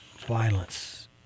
violence